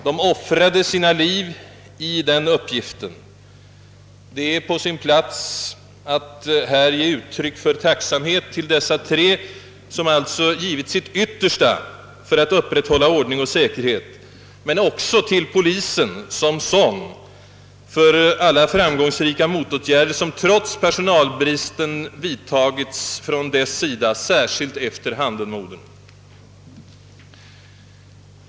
De offrade sina liv i den uppgiften. Det är på sin plats att här ge uttryck för tacksamhet mot dessa tre, som alltså givit sitt yttersta för att upprätthålla ordning och säkerhet, men också mot polisen som sådan för alla framgångsrika motåtgärder som; den trots personalbristen vidtagit, särskilt efter Handenmorden.